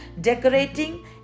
decorating